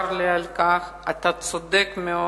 צר לי על כך, אתה צודק מאוד.